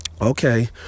Okay